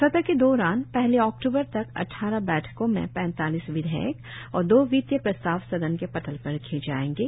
सत्र के दौरान पहली अकृतूबर तक अट्रारह बैठकों में पैंतालीस विधेयक और दो वित्तीय प्रस्ताव सदन के पटल पर रखे जाएंगे